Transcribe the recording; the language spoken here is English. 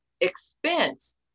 expense